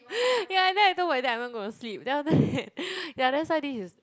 ya and then I told my dad I'm not gonna sleep then after that ya that's why this is